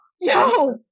yo